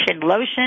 lotion